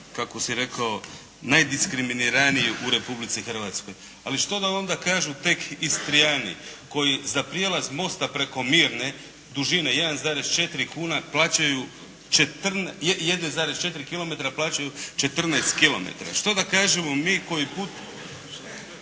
kako si rekao, najdiskriminiraniji u Republici Hrvatskoj. Ali što da onda kažu tek Istrijani koji za prijelaz mosta preko Mirne dužine 1,4 km plaćaju 14 kuna. Što da kažemo … 14 kuna